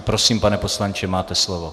Prosím, pane poslanče, máte slovo.